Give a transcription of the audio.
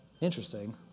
interesting